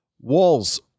Walls